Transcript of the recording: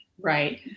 right